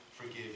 forgive